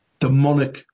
demonic